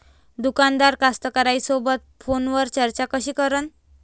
दुकानदार कास्तकाराइसोबत फोनवर चर्चा कशी करन?